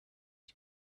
you